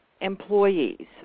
employees